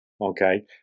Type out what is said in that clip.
Okay